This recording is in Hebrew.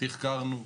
תחקרנו,